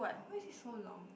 why is it so long